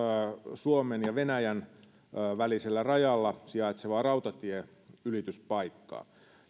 suomen ja venäjän välisellä rajalla sijaitsevaa imatran rautatieylityspaikkaa